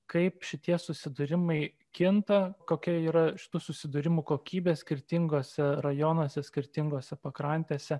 kaip šitie susidūrimai kinta kokia yra šitų susidūrimų kokybė skirtinguose rajonuose skirtingose pakrantėse